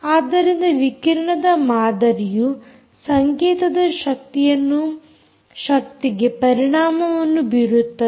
ಆದ್ದರಿಂದ ವಿಕಿರಣದ ಮಾದರಿಯು ಸಂಕೇತದ ಶಕ್ತಿಗೆ ಪರಿಣಾಮವನ್ನು ಬೀರುತ್ತದೆ